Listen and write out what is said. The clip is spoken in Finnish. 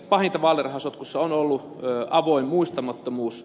pahinta vaalirahasotkussa on ollut avoin muistamattomuus